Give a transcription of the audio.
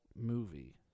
movie